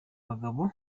bagabo